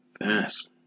Yes